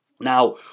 Now